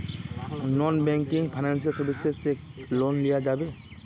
Non banking financial services से loan लिया जाबे?